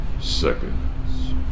seconds